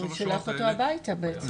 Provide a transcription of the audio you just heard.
אז הוא שולח אותו הביתה בעצם.